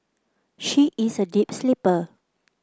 she is a deep sleeper